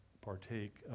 partake